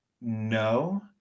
No